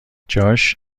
جاش